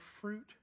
fruit